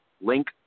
link